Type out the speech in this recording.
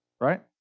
Right